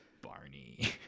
barney